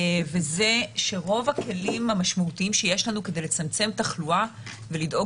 שרוב הכלים המשמעותיים כדי לצמצם תחלואה ולדאוג